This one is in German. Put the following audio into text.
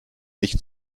nicht